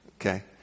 Okay